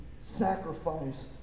sacrifice